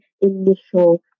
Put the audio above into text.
initial